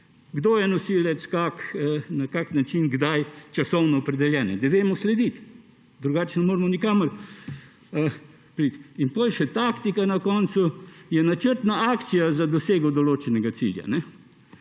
Kdo je nosilec, na kak način, kdaj, časovno opredeljeno, da vemo slediti, drugače ne moremo nikamor priti. In potem še taktika na koncu, ki je načrtna akcija za dosego določenega cilja.